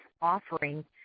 offering